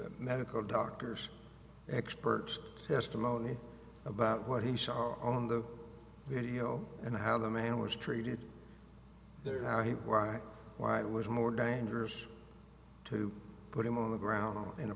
that medical doctors expert testimony about what he saw on the video and how the man was treated there how why why was more dangerous to put him on the ground in